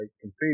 compete